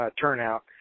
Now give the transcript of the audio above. Turnout